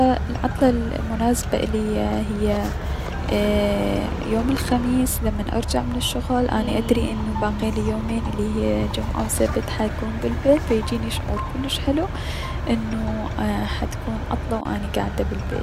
العطلة المناسبة اليا هي ايي- يوم الخميس لمن ارجع من الشغل و اني ادري انو باقيلي يومين الي هي جمعة و سبت حكون بالبيت فيجيلي شعور كلس حلو انو حكون عطلة و حكون كاعدة بلبيت.